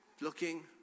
looking